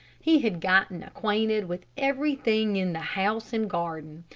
he had gotten acquainted with everything in the house and garden,